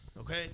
Okay